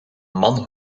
man